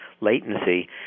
latency